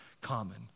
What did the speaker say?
common